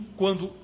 quando